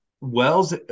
Wells